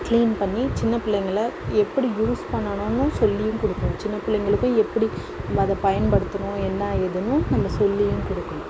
clean பண்ணி சின்ன பிள்ளைங்களை எப்படி யூஸ் பண்ணனுன்னும் சொல்லியும் கொடுக்கணும் சின்ன பிள்ளைங்களுக்கு எப்படி நம்ப அதை பயன்படுத்தணும் என்னா ஏதுன்னும் நம்ம சொல்லியும் கொடுக்கணும்